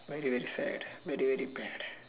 very very bad very very bad